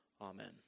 Amen